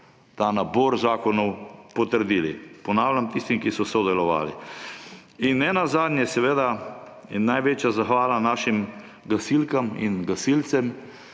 ta nabor zakonov potrdili, ponavljam, tistim, ki so sodelovali. In ne nazadnje in največja zahvala našim gasilkam in gasilcem.